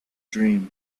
dream